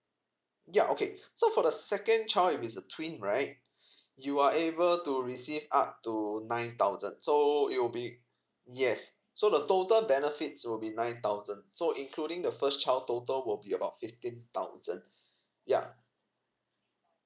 yeah okay so for the second child if it's a twin right you are able to receive up to nine thousand so it will be yes so the total benefits would be nine thousand so including the first child total would be about fifteen thousand yeah